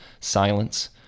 silence